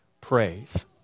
praise